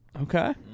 Okay